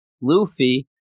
Luffy